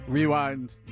Rewind